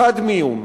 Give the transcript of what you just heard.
קדמיום,